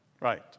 right